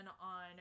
on